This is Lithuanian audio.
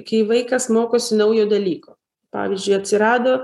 kai vaikas mokosi naujų dalykų pavyzdžiui atsirado